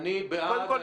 קודם כול,